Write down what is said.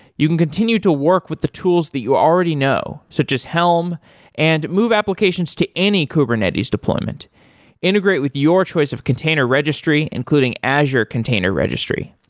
you can continue to work with the tools that you already know, so just helm and move applications to any kubernetes deployment integrate with your choice of container registry, including azure container registry.